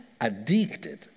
addicted